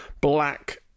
black